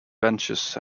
benches